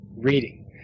reading